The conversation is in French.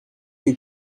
que